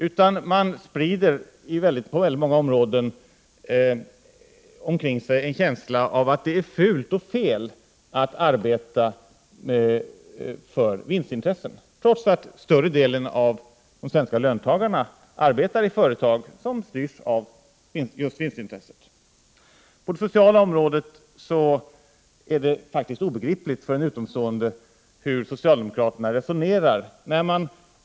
I stället sprider man på många områden en känsla av att det är fult och fel att arbeta för vinstintressen, trots att större delen av de svenska löntagarna arbetar i företag som styrs av just vinstintressen. För en utomstående är det obegripligt hur socialdemokraterna resonerar på det sociala området.